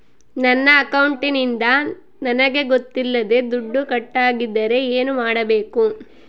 ನನ್ನ ಅಕೌಂಟಿಂದ ನನಗೆ ಗೊತ್ತಿಲ್ಲದೆ ದುಡ್ಡು ಕಟ್ಟಾಗಿದ್ದರೆ ಏನು ಮಾಡಬೇಕು?